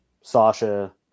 Sasha